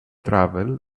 travel